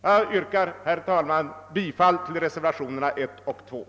Jag yrkar, herr talman, bifall till reservationerna I och II.